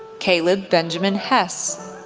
caleb benjamin hess,